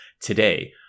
today